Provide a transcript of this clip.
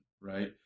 right